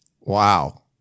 Wow